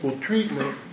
treatment